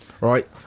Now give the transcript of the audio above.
Right